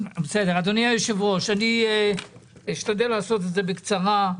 אדוני היושב ראש, אני אשתדל לעשות את זה בקצרה.